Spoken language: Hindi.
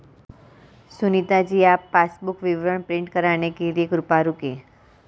सुनीता जी आप पासबुक विवरण प्रिंट कराने के लिए कृपया रुकें